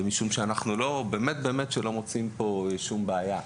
משום שאנחנו לא מוצאים פה שום בעיה.